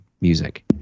music